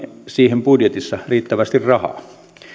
siihen budjetissa riittävästi rahaa